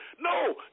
No